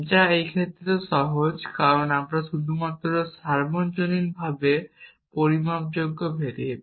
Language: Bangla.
যা এই ক্ষেত্রে সহজ কারণ আমরা শুধুমাত্র সার্বজনীনভাবে পরিমাপযুক্ত ভেরিয়েবল